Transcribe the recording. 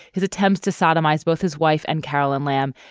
his attempts to sodomised both his wife and carolyn lamm.